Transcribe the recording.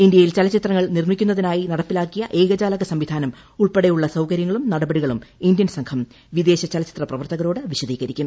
ഇന്ത്യയിൽ ചലച്ചിത്രങ്ങൾ നിർമ്മിക്കുന്നതിനായി നടപ്പിലാക്കിയ ഏകജാലക സംവിധാനം ഉൾപ്പെടെയുളളസൌകരൃങ്ങളും നടപടികളും ഇന്ത്യൻ സംഘം വിദേശ ചലച്ചിത്ര പ്രവർത്തകരോട് വിശദീകരിക്കും